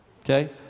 okay